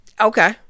Okay